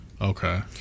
Okay